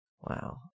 Wow